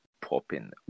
popping